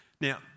Now